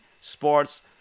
Sports